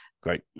Great